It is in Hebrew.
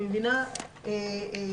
הדבר הזה